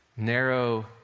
Narrow